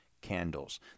candles